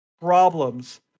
problems